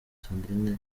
sandrine